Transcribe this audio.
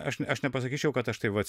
aš aš nepasakyčiau kad aš tai vat